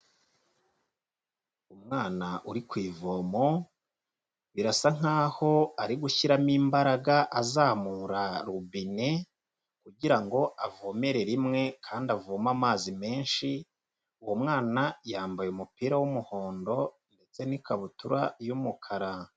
Umwana uri ku ivomo birasa nkaho ari gushyiramo imbaraga azamura rubine kugirango avomere rimwe kandi avoma amazi menshi uwo mwana yambaye umupira wumuhondo ndetse n'ikabutura y'umukara.